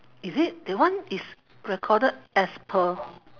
is it that one is recorded as per